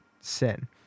sin